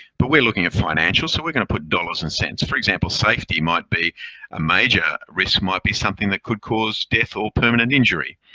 but we're looking at financial, so we're going to put dollars and cents. for example, safety might be a major risk. might be something that could cause death or permanent injury.